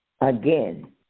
Again